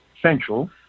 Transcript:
Central